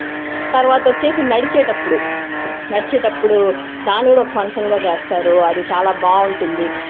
తర్వాత వచ్చేసి నడిచేటప్పుడు నడిచేటప్పుడు దాన్ని కూడా ఒక ఫంక్షన్గా చేస్తారు అది చాలా బాగుంటుంది